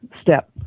step